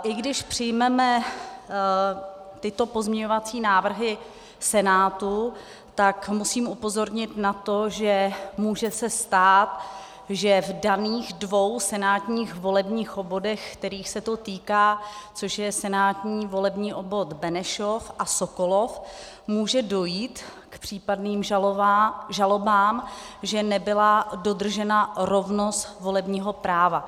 I když přijmeme tyto pozměňovací návrhy Senátu, tak musím upozornit na to, že se může stát, že v daných dvou senátních volebních obvodech, kterých se to týká, což je senátní volební obvod Benešov a Sokolov, může dojít k případným žalobám, že nebyla dodržena rovnost volebního práva.